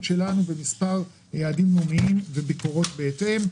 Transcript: שלנו במספר יעדים לאומיים ואת הביקורות בהתאם.